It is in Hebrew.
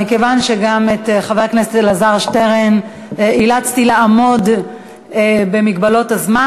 מכיוון שגם את חבר הכנסת אלעזר שטרן אילצתי לעמוד במגבלות הזמן,